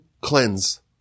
cleanse